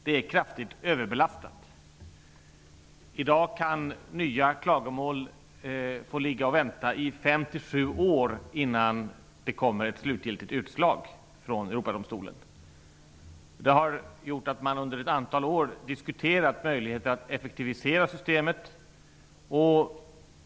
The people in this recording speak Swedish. Det är kraftigt överbelastat. I dag kan nya klagomål få vänta i fem till sju år innan det kommer ett slutgiltigt utslag från Europadomstolen. Det har gjort att man under ett antal år diskuterat möjligheter att effektivisera systemet.